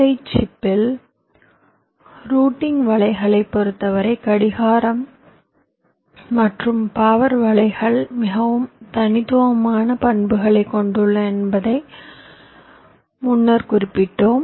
ஐ சிப்பில் ரூட்டிங் வலைகளைப் பொறுத்தவரை கடிகாரம் மற்றும் பவர் வலைகள் மிகவும் தனித்துவமான பண்புகளைக் கொண்டுள்ளன என்பதை முன்னர் குறிப்பிட்டோம்